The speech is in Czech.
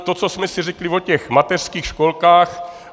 To, co jsme si řekli o mateřských školkách...